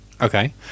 okay